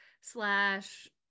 slash